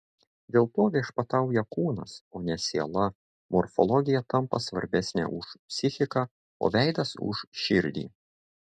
dėl to viešpatauja kūnas o ne siela morfologija tampa svarbesnė už psichiką o veidas už širdį